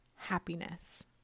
happiness